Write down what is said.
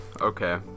Okay